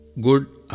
good